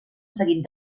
seguit